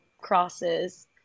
crosses